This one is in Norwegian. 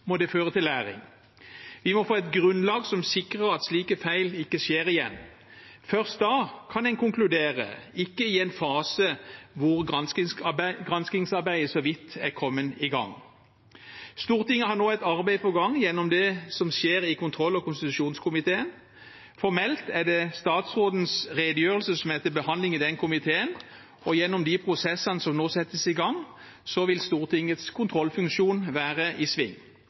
må det føre til læring. Vi må få et grunnlag som sikrer at slike feil ikke skjer igjen. Først da kan en konkludere, ikke i en fase hvor granskingsarbeidet så vidt er kommet i gang. Stortinget har nå et arbeid på gang gjennom det som skjer i kontroll- og konstitusjonskomiteen. Formelt er det statsrådens redegjørelse som er til behandling i den komiteen, og gjennom de prosessene som nå settes i gang, vil Stortingets kontrollfunksjon være i sving.